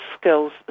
skills